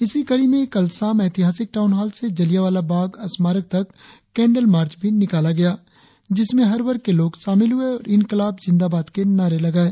इसी कड़ी में कल शाम ऐतिहासिक टाउनहाल से जलियांवाला बाग स्मारक तक कैंडल मार्च भी निलाका गया जिसमें हर वर्ग के लोग शामिल हुए और इन्कलाब जिंदाबाद के नारे लगाये